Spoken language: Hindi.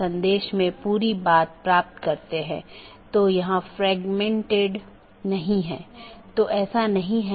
और यदि हम AS प्रकारों को देखते हैं तो BGP मुख्य रूप से ऑटॉनमस सिस्टमों के 3 प्रकारों को परिभाषित करता है